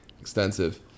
extensive